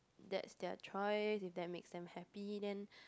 that's their choice if that makes them happy then